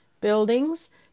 buildings